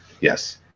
Yes